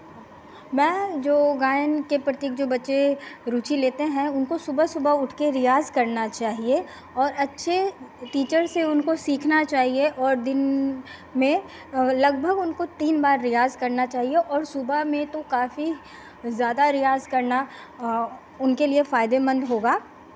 मैं जो गायन के प्रति जो बच्चे रुचि लेते हैं उनको सुबह सुबह उठके रियाज़ करना चहिये और अच्छे टीचर से उनको सीखना चाहिए और दिन में लगभग उनको तीन बार रियाज़ करना चहिये और सुबह में तो काफी ज़्यादा रियाज़ करना उनके लिए फायदेमंद होगा